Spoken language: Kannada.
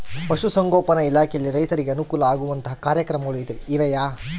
ಪಶುಸಂಗೋಪನಾ ಇಲಾಖೆಯಲ್ಲಿ ರೈತರಿಗೆ ಅನುಕೂಲ ಆಗುವಂತಹ ಕಾರ್ಯಕ್ರಮಗಳು ಇವೆಯಾ?